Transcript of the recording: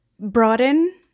broaden